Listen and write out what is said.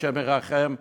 השם ירחם.